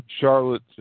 Charlotte